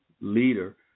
leader